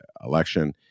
election